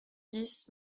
dix